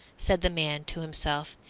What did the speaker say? said the man to himself,